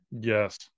Yes